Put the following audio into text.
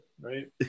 right